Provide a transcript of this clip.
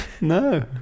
No